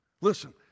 Listen